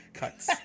cuts